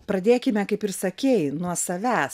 pradėkime kaip ir sakei nuo savęs